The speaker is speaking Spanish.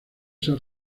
esa